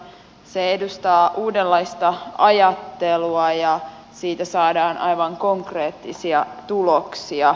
se edustaa uudenlaista ajattelua ja siitä saadaan aivan konkreettisia tuloksia